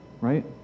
right